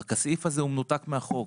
רק שהסעיף הזה הוא מנותק מהחוק,